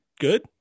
good